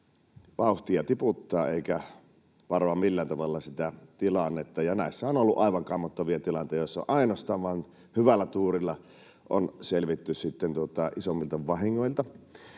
vauhtia tiputtaa eikä varoa millään tavalla sitä tilannetta. Näissä on ollut aivan kammottavia tilanteita, joissa ainoastaan hyvällä tuurilla on selvitty isommilta vahingoilta.